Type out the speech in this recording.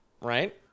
Right